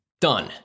Done